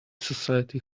society